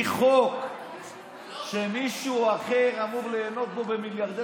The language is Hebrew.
מביא חוק שמישהו אחר אמור ליהנות בו ממיליארדי